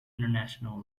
international